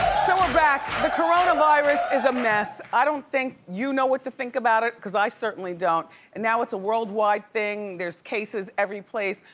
so we're back, the corona virus is a mess. i don't think you know what to think about it cause i certainly don't and now it's a worldwide thing. there's cases every place.